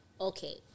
okay